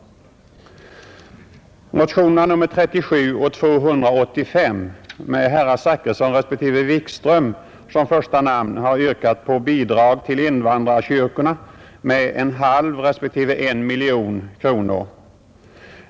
Motionerna nr 37 och 285 med herrar Zachrisson respektive Wikström som första namn har yrkat på bidrag till invandrarkyrkorna med en halv respektive en miljon kronor.